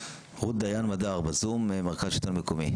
פיקוד העורף, מישהו מכם רצה להוסיף משהו?